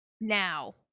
now